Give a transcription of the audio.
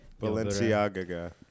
Balenciaga